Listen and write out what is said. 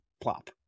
plop